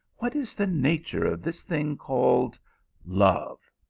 what is the nature of this thing called love?